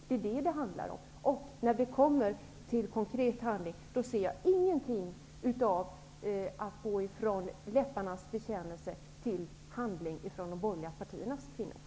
Men när det blir dags för konkret handling, ser jag ingenting av att gå från läpparnas bekännelse till handling hos de borgerliga partiernas kvinnor.